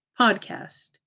podcast